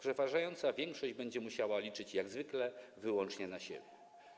Przeważająca większość będzie musiała liczyć jak zwykle wyłącznie na siebie.